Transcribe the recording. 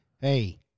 hey